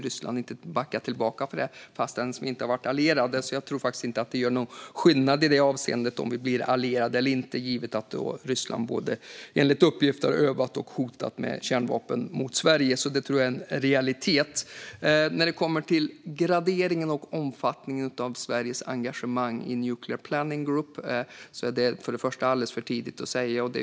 Ryssland har ju inte backat, så jag tror faktiskt inte att det gör någon skillnad i det avseendet om vi blir allierade eller inte, givet att Ryssland enligt uppgift både har övat med kärnvapen och hotat Sverige med kärnvapen. Jag tror att det är en realitet. När det kommer till graderingen och omfattningen av Sveriges engagemang i Nuclear Planning Group är det alldeles för tidigt att säga något.